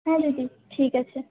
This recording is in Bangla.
হ্যাঁ দিদি ঠিক আছে